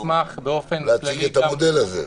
באופן כללי גם --- להציג את המודל הזה.